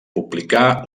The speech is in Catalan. publicà